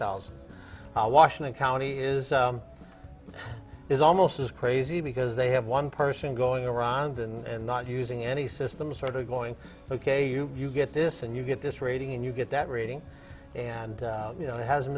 thousand how washington county is is almost as crazy because they have one person going around and not using any system started going ok you you get this and you get this rating and you get that rating and you know it has